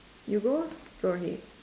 you go lor go ahead